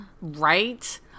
right